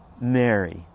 Mary